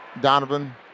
Donovan